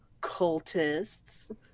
cultists